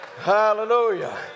Hallelujah